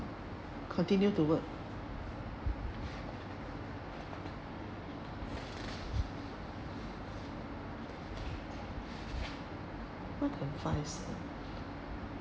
continue to work what can